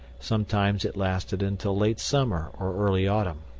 sometimes it lasted until late summer or early autumn.